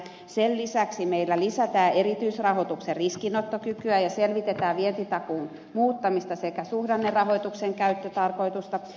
sen lisäksi meillä lisätään erityisrahoituksen riskinottokykyä ja selvitetään vientitakuun muuttamista sekä suhdannerahoituksen käyttötarkoitusta